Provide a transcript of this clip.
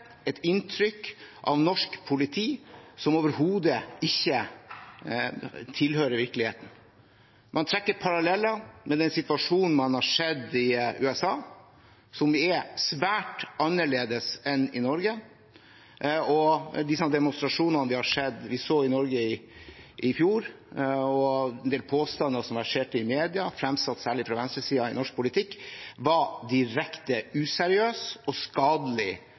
et inntrykk av norsk politi som overhodet ikke tilhører virkeligheten. Man trekker paralleller til den situasjonen man har sett i USA, som er svært annerledes enn i Norge. De demonstrasjonene vi så i Norge i fjor, og en del påstander som verserte i media, fremsatt fra særlig venstresiden i norsk politikk, var direkte useriøse og